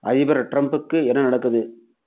அதிபர் டிரம்புக்கு என்ன நடக்குது